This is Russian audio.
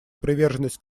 приверженность